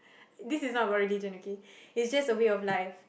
this is not about religion okay it's just a way of life